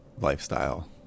lifestyle